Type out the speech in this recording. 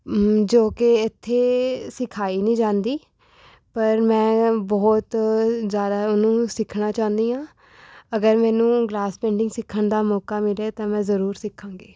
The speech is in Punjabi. ਜੋ ਕਿ ਇੱਥੇ ਸਿਖਾਈ ਨਹੀਂ ਜਾਂਦੀ ਪਰ ਮੈਂ ਬਹੁਤ ਜ਼ਿਆਦਾ ਓਹਨੂੰ ਸਿੱਖਣਾ ਚਾਹੁੰਦੀ ਹਾਂ ਅਗਰ ਮੈਨੂੰ ਗਲਾਸ ਪੇਂਟਿੰਗ ਸਿੱਖਣ ਦਾ ਮੌਕਾ ਮਿਲੇ ਤਾਂ ਮੈਂ ਜ਼ਰੂਰ ਸਿੱਖਾਂਗੀ